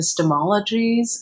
epistemologies